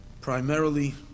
primarily